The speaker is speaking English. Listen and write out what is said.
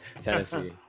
Tennessee